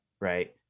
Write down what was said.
right